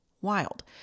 Wild